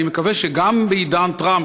אני מקווה שגם בעידן טראמפ,